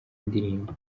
ndirimbo